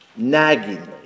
naggingly